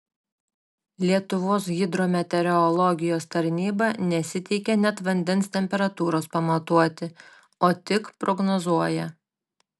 lietuvos hidrometeorologijos tarnyba nesiteikia net vandens temperatūros pamatuoti o tik prognozuoja